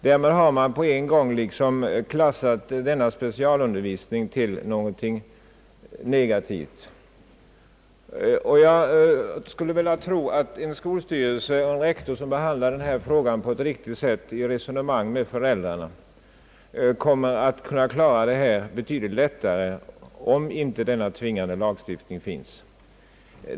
Därmed har man synes det mig klassat denna specialundervisning som någonting negativt, och jag skulle tro att en skolstyrelse eller en rektor som behandlar denna fråga på ett riktigt sätt genom att resonera med föräldrarna kommer att kunna lösa problemet betydligt lättare, om inte denna tvingande lagstiftning finns.